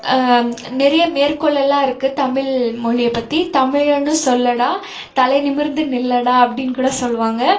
நிறைய மேற்கோள் எல்லாம் இருக்குது தமிழ் மொழிய பற்றி தமிழன்னு சொல்லடா தலை நிமிர்ந்து நில்லடா அப்படின்னு கூட சொல்லுவாங்க